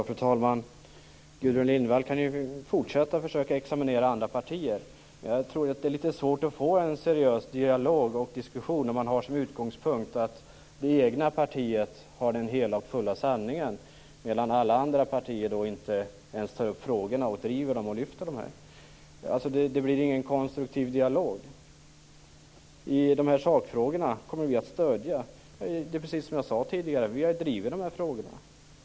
Fru talman! Gudrun Lindvall kan ju fortsätta att försöka examinera andra partier. Men jag tror att det är litet svårt att få en seriös dialog och diskussion när man har som utgångspunkt att det egna partiet har den hela och fulla sanningen medan alla andra partier inte ens tar upp frågorna, driver dem och lyfter fram dem. Det blir ingen konstruktiv dialog. Sedan till de här sakfrågorna. Kommer vi att stödja? Det är precis som jag sade tidigare; vi har drivit de här frågorna.